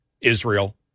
Israel